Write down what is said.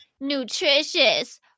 nutritious